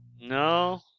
No